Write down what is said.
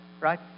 Right